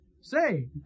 Say